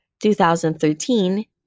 2013